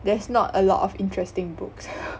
there's not a lot of interesting books